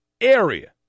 area